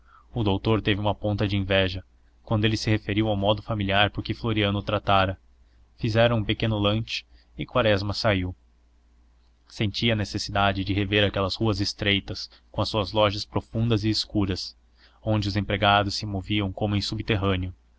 o doutor teve uma ponta de inveja quando ele se referiu ao modo familiar por que floriano o tratara fizeram um pequeno lunch e quaresma saiu sentia necessidade de rever aquelas ruas estreitas com as suas lojas profundas e escuras onde os empregados se moviam como em um subterrâneo